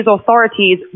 authorities